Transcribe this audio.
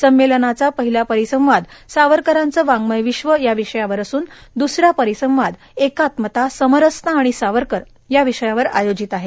संमेलनाचा पहिला परिसंवाद सावरकराचे वाङमय विश्व या विषयावर असून दुसरा परिसंवाद एकात्मता समरसता आणि सावरकर या विषयावर आयोजित आहे